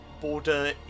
border